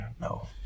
No